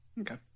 Okay